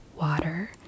water